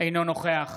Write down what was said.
אינו נוכח